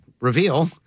reveal